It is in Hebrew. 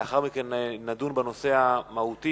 לאחר מכן נדון בנושא המהותי